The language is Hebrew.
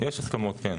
יש הסכמות, כן.